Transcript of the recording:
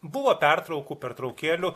buvo pertraukų pertraukėlių